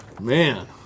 man